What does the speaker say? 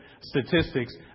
statistics